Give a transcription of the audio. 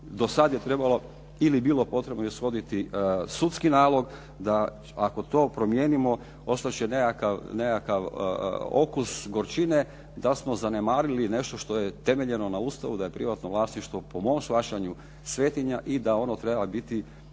do sada je trebalo ili bilo potrebno ishoditi sudskih nalog da ako to promijenimo ostat će nekakav okus gorčine da smo zanemarili nešto što je temeljeno na Ustavu, da je privatno vlasništvo po mom shvaćanju svetinja i da ono treba biti